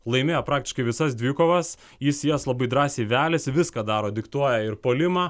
laimėjo praktiškai visas dvikovas jis į jas labai drąsiai veliasi viską daro diktuoja ir puolimą